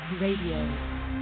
Radio